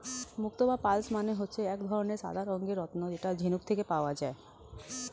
মুক্তো বা পার্লস মানে হচ্ছে এক ধরনের সাদা রঙের রত্ন যেটা ঝিনুক থেকে পাওয়া যায়